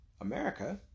America